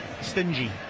stingy